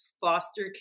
foster